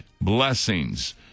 blessings